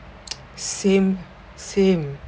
same same